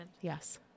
Yes